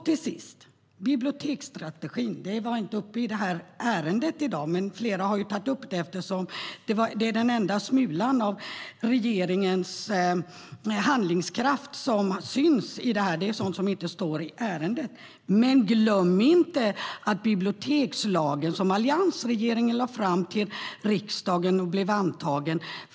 Till sist: Biblioteksstrategin har inte varit uppe i det här ärendet i dag, men flera har tagit upp det. Det är den enda smula av regeringens handlingskraft som syns, men det står ingenting om det i betänkandet. Men glöm inte att bibliotekslagen som alliansregeringen lade fram för riksdagen blev antagen.